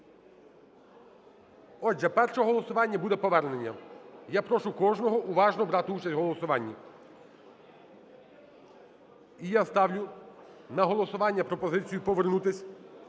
Отже, перше голосування буде повернення. Я прошу кожного уважно брати участь в голосуванні. І я ставлю на голосування пропозицію повернутись